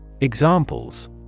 Examples